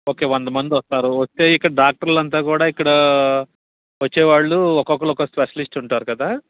okay వందమంది వస్తారు వస్తే ఇక్కడ డాక్టర్లు అంతా కూడా ఇక్కడ వచ్చేవాళ్ళు ఒక్కొక్కళ్ళు ఒక స్పెషలిస్ట్ ఉంటారు కదా